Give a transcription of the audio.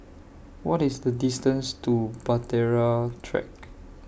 What IS The distance to Bahtera Track